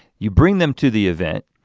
you bring them to the event,